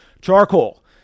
Charcoal